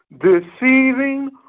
deceiving